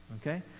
Okay